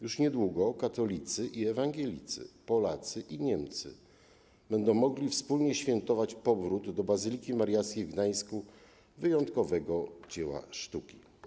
Już niedługo katolicy i ewangelicy, Polacy i Niemcy będą mogli wspólnie świętować powrót do bazyliki Mariackiej w Gdańsku wyjątkowego dzieła sztuki.